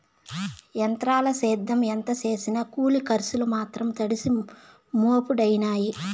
ఎంత్రాల సేద్యం ఎంత సేసినా కూలి కర్సులు మాత్రం తడిసి మోపుడయినాయి